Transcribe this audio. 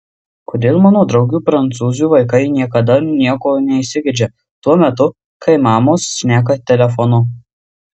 kodėl mano draugių prancūzių vaikai niekada nieko neįsigeidžia tuo metu kai mamos šneka telefonu